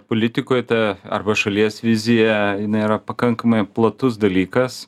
politikoj ta arba šalies vizija jinai yra pakankamai platus dalykas